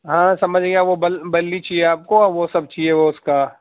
ہاں سمجھ گیا وہ بل بلی چاہیے آپ کو اور وہ سب چاہیے وہ اس کا